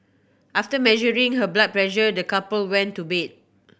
after measuring her blood pressure the couple went to bed